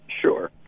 Sure